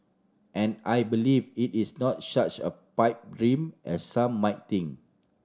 and I believe it is not such a pipe dream as some might think